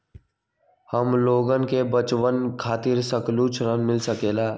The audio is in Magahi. हमलोगन के बचवन खातीर सकलू ऋण मिल सकेला?